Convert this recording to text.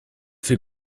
fait